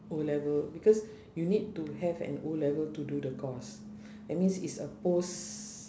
O-level because you need to have an O-level to do the course that means it's a post